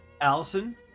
Allison